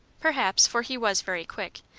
perhaps, for he was very quick,